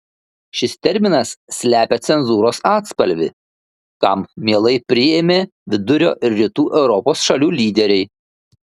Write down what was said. šis terminas slepia cenzūros atspalvį kam mielai priėmė vidurio ir rytų europos šalių lyderiai